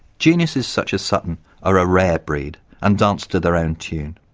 geniuses such as sutton are a rare breed and dance to their own tune.